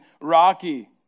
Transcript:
rocky